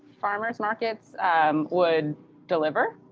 farmers markets would deliver?